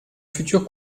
futur